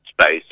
space